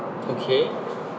okay